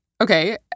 Okay